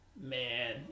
man